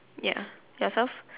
ya yourself